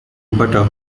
butter